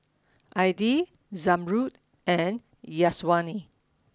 Aidil Zamrud and Syazwani